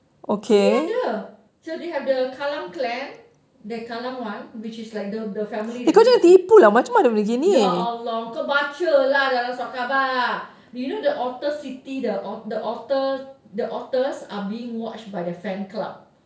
sini ada so they have the kallang clan the kallang one which is like the the family that lives ya !alah! kau baca lah dalam surat khabar you know the otter city the otter the otters are being watched by their fan club